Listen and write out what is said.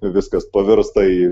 viskas pavirsta į